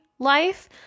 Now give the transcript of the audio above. Life